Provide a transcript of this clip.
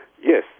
yes